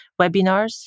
webinars